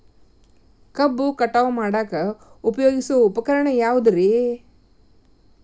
ಕಬ್ಬು ಕಟಾವು ಮಾಡಾಕ ಉಪಯೋಗಿಸುವ ಉಪಕರಣ ಯಾವುದರೇ?